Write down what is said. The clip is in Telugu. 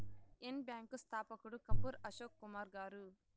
ఎస్ బ్యాంకు స్థాపకుడు కపూర్ అశోక్ కుమార్ గారు